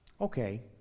Okay